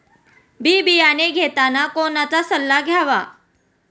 बी बियाणे घेताना कोणाचा सल्ला घ्यावा?